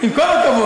זה לא רק דבר